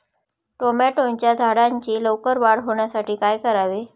टोमॅटोच्या झाडांची लवकर वाढ होण्यासाठी काय करावे?